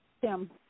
Tim